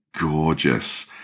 gorgeous